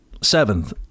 Seventh